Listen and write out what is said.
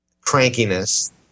crankiness